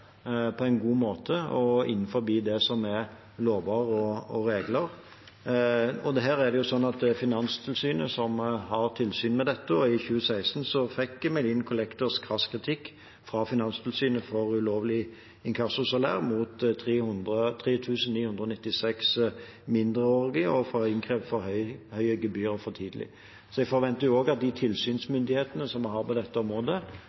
på en god måte og innenfor det som gjelder av lover og regler. Det er Finanstilsynet som har tilsyn med dette, og i 2016 fikk Melin Collectors krass kritikk fra Finanstilsynet for ulovlig inkassosalær mot 3 996 mindreårige og for å ha innkrevd for høye gebyrer for tidlig. Så jeg forventer også at de tilsynsmyndighetene som vi har på dette området,